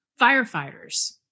firefighters